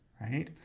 right